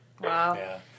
Wow